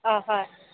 অ হয়